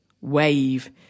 wave